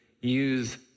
use